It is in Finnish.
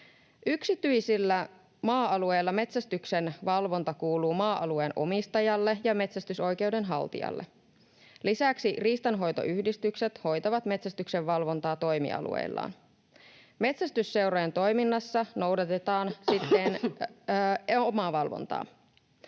Yksityisillä maa-alueilla metsästyksen valvonta kuuluu maa-alueen omistajalle ja metsästysoikeuden haltijalle. Lisäksi riistanhoitoyhdistykset hoitavat metsästyksen valvontaa toimialueillaan. Metsästysseurojen toiminnassa noudatetaan siten omavalvontaa.